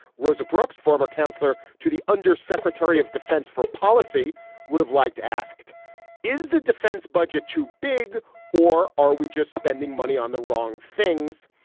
rosa brooks former counselor to the undersecretary of defense for policy would have liked asked is the defense budget too big or are we just spending money on the wrong things.